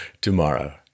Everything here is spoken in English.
tomorrow